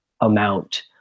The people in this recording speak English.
amount